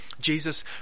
Jesus